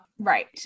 right